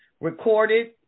recorded